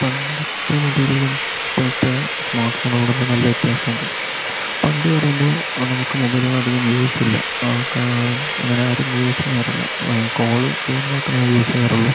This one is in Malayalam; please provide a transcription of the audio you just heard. പണ്ടത്തെ മൊബൈലുകളും ഇപ്പോഴത്തെ സ്മാർട്ട് ഫോണുകളും തമ്മിൽ നല്ല വ്യത്യാസമുണ്ട് പണ്ട് പറയുമ്പോൾ ആ നമുക്ക് മൊബൈലുകൾ അധികം യൂസ് ഇല്ല അങ്ങനെ ആരും യൂസ് ചെയ്യാറില്ല കോൾ ചെയ്യാൻ മാത്രമേ യൂസ് ചെയ്യാറുള്ളൂ